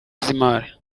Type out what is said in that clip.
z’imari